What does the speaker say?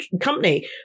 company